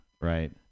right